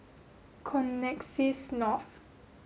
Connexis North